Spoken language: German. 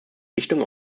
richtung